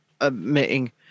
admitting